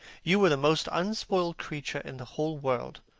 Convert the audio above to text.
you were the most unspoiled creature in the whole world.